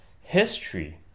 history